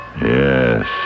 Yes